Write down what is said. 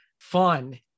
fun